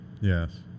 Yes